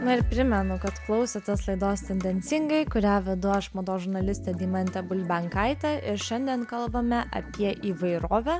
na ir primenu kad klausotės laidos tendencingai kurią vedu aš mados žurnalistė deimantė bulbenkaitė ir šiandien kalbame apie įvairovę